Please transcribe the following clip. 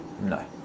No